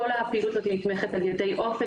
כל הפעילות הזאתי נתמכת על ידי אופק